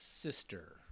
sister